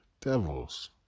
devils